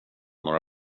några